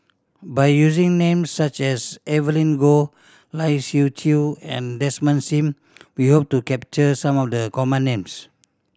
by using names such as Evelyn Goh Lai Siu Chiu and Desmond Sim we hope to capture some of the common names